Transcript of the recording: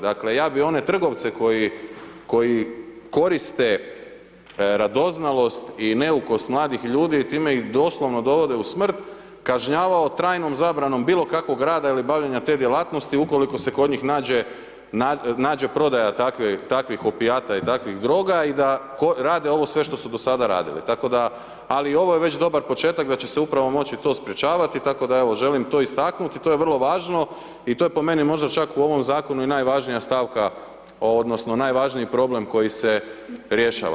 Dakle, ja bi one trgovce koji koriste radoznalost i neukost mladih ljudi, time ih doslovno dovode u smrt, kažnjavao trajnom zabranom bilo kakvog rada ili bavljenja te djelatnosti ukoliko se kod njih nađe prodaja takvih opijata i takvih droga i da rade ovo što su sve do sada radili, tako da, ali i ovo je već dobar početak da će se upravo to moći sprečavati, tako da, evo, želim to istaknuti, to je vrlo važno i to je po meni, možda čak u ovom Zakonu i najvažnija stavka odnosno najvažniji problem koji se rješava.